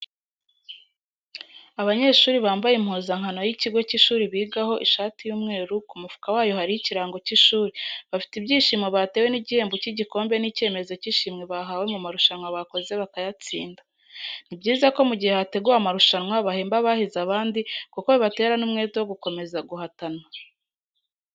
Abanyeshuri bambaye impuzankano y'ikigo cy'ishuri bigaho ishati y'umweru ku mufuka wayo hariho ikirango cy'ishuri, bafite ibyishimo batewe n'igihembo cy'igikombe n'icyemezo cy'ishimwe bahawe mu marushanwa bakoze bakayatsinda. Ni byiza ko mu gihe hateguwe amarushanwa hahembwa abahize abandi kuko bibatera n'umwete wo gukomeza guhatana.